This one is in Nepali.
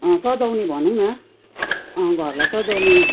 सजाउने भनौँ न घरलाई सजाउने